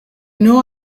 know